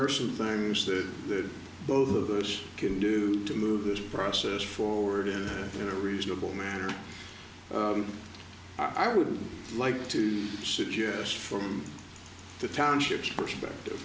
are some things that both of us can do to move this process forward in in a reasonable manner i would like to suggest from the townships perspective